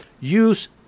use